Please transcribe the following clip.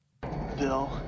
Bill